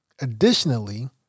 Additionally